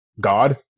God